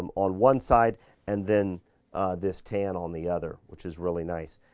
um on one side and then this tan on the other, which is really nice,